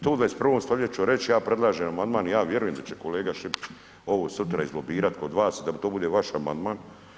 To u 21. stoljeću reći, ja predlažem amandman i ja vjerujem da će kolega Šipić ovo sutra izlobirati kod vas, da to bude vaš amandman.